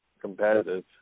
competitive